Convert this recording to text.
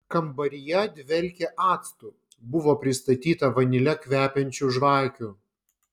kambaryje dvelkė actu buvo pristatyta vanile kvepiančių žvakių